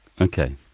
Okay